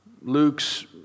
Luke's